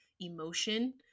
emotion